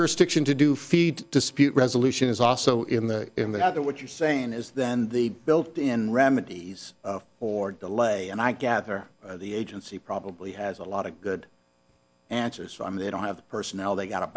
jurisdiction to do feed dispute resolution is also in the in the other what you're saying is then the built in remedies or delay and i gather the agency probably has a lot of good answers i mean they don't have personnel they've got